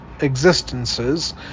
existences